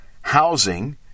Housing